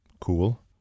Cool